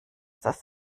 das